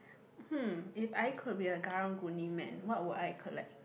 hmm if I could be a karang-guni man what would I collect